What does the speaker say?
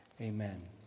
amen